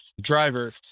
driver